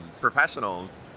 professionals